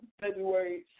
February